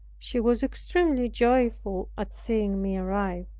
she was extremely joyful at seeing me arrive.